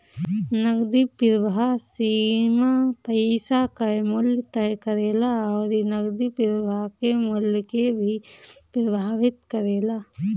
नगदी प्रवाह सीमा पईसा कअ मूल्य तय करेला अउरी नगदी प्रवाह के मूल्य के भी प्रभावित करेला